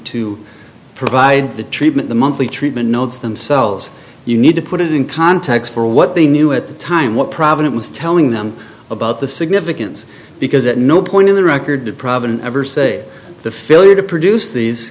to provide the treatment the monthly treatment notes themselves you need to put it in context for what they knew at the time what provident was telling them about the significance because at no point in the record the provident ever say the failure to produce these